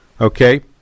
Okay